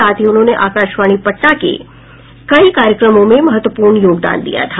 साथ ही उन्होंने आकशवाणी पटना के कई कार्यक्रमों में महत्वपूर्ण योगदान दिया था